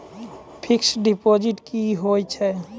Fixed deposit की होय छै?